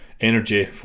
energy